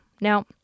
Now